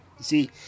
see